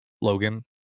Logan